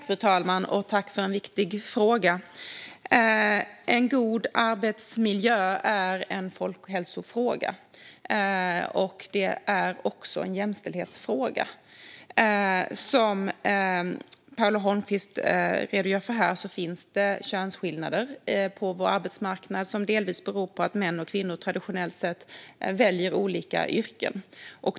Fru talman! Jag tackar för en viktig fråga. En god arbetsmiljö är en folkhälsofråga, och det är också en jämställdhetsfråga. Som Paula Holmqvist redogör för finns det könsskillnader på vår arbetsmarknad som delvis beror på att män och kvinnor traditionellt sett väljer olika yrken.